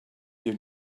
your